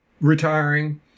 retiring